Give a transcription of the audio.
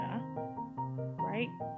right